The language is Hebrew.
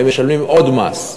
הם משלמים עוד מס.